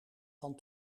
van